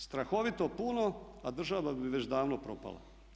Strahovito puno a država bi već davno propala.